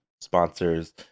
sponsors